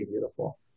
beautiful